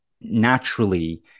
naturally